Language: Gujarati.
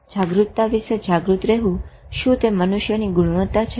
જાગૃતતા વિશે જાગૃત રેહવું શું તે મનુષ્યની ગુણવતા છે